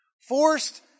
Forced